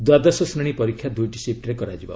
ଦ୍ୱାଦଶ ଶ୍ରେଣୀ ପରୀକ୍ଷା ଦୁଇଟି ଶିଫ୍ଟରେ କରାଯିବ